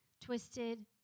twisted